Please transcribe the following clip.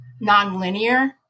nonlinear